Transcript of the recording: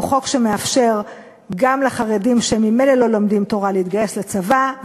והוא חוק שמאפשר גם לחרדים שממילא לא לומדים תורה להתגייס לצבא,